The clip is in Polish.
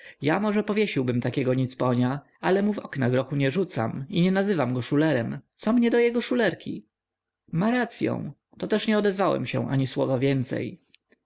ja może powiesiłbym takiego nicponia ale mu w okna grochu nie rzucam i nie nazywam go szulerem co mnie do jego szulerki ma racyą to też nie odezwałem się ani słowa więcej